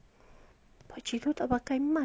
pakcik tu tak pakai mask lah